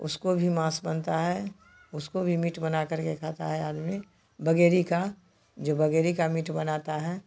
उसका भी मांस बनता है उसको भी मीट बना करके खाता है आदमी बगेड़ी का जो बगेड़ी का मीट बनाता है